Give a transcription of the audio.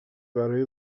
برای